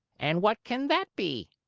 and what can that be?